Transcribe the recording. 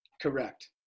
Correct